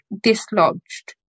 dislodged